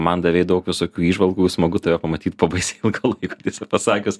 man davei daug visokių įžvalgų smagu tave pamatyt po baisiai ilgo laiko tiesą pasakius